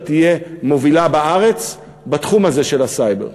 תהיה מובילה בארץ בתחום הזה של הסייבר.